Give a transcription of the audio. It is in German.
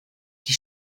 die